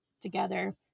together